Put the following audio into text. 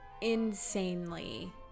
insanely